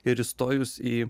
ir įstojus į